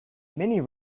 many